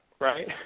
Right